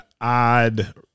odd